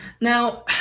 now